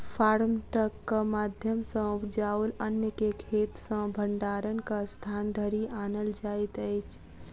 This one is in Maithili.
फार्म ट्रकक माध्यम सॅ उपजाओल अन्न के खेत सॅ भंडारणक स्थान धरि आनल जाइत अछि